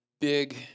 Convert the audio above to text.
big